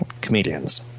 Comedians